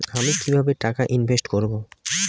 আমি কিভাবে টাকা ইনভেস্ট করব?